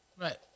Right